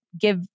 give